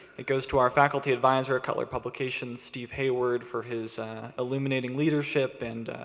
it goes to our faculty advisor of cutler publications, steve hayward, for his illuminating leadership and